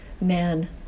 men